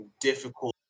difficult